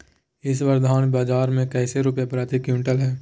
इस बार धान बाजार मे कैसे रुपए प्रति क्विंटल है?